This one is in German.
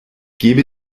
gebe